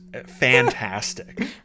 fantastic